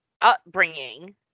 upbringing